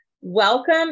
Welcome